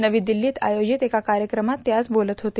नवी दिल्लीत आयोजित एका कार्यक्रमात ते आज बोलत होते